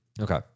Okay